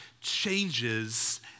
changes